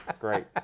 Great